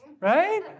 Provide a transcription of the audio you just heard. right